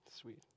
Sweet